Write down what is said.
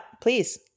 please